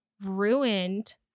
ruined